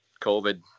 COVID